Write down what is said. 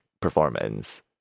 performance